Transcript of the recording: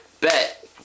Bet